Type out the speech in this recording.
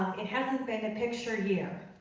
it hasn't been a picture year.